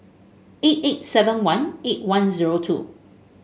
eight eight seven one eight one zero two